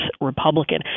Republican